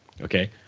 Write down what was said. Okay